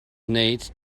nate